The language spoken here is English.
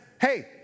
hey